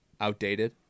outdated